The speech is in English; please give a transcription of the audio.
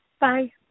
Bye